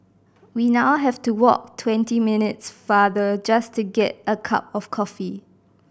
we now have to walk twenty minutes farther just to get a cup of coffee